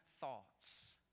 thoughts